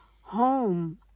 home